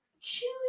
choose